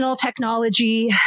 technology